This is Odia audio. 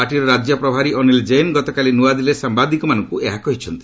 ପାର୍ଟିର ରାଜ୍ୟ ପ୍ରଭାରୀ ଅନୀଲ ଜୈନ୍ ଗତକାଲି ନ୍ତ ଆଦିଲ୍ଲୀରେ ସାମ୍ବାଦିକମାନଙ୍କୁ ଏହା କହିଛନ୍ତି